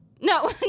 No